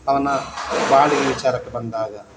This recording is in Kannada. ಅವನ ಬಾಡಿಗೆ ವಿಚಾರಕ್ಕೆ ಬಂದಾಗ